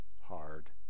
hard